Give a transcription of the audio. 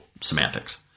semantics